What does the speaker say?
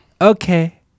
Okay